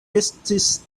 estis